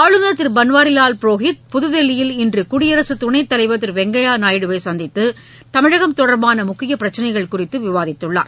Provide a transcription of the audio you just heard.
ஆளுநர் திரு பன்வாரிவால் புரோஹித் புதுதில்லியில் இன்று குடியரசுத் துணைத் தலைவர் திரு வெங்கய்யா நாயுடுவை சந்தித்து தமிழகம் தொடர்பான முக்கிய பிரச்சினைகள் குறித்து விவாதித்துள்ளார்